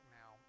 now